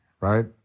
right